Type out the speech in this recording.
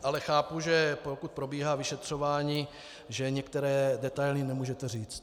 Ale chápu, že pokud probíhá vyšetřování, některé detaily nemůžete říct.